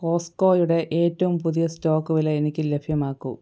കോസ്റ്റ്കോയുടെ ഏറ്റവും പുതിയ സ്റ്റോക്ക് വില എനിക്ക് ലഭ്യമാക്കൂ